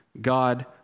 God